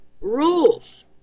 rules